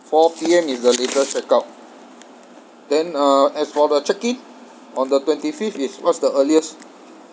four P_M is the latest check out then uh as for the check in on the twenty fifth is what's the earliest